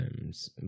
times